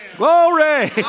Glory